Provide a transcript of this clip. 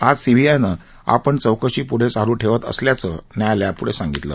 आज सीबीआयनं आपण चौकशी प्ढं चालू ठेवत असल्याचं न्यालयाप्ढे सांगितलं